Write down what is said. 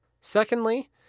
Secondly